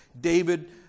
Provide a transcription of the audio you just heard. David